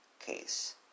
case